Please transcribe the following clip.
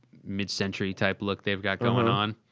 mid-century type look they've got going on.